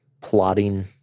plotting